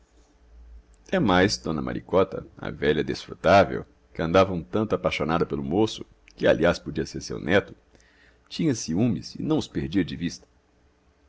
ladrão demais d maricota a velha desfrutável que andava um tanto apaixonada pelo moço que aliás podia ser seu neto tinha ciúmes e não os perdia de vista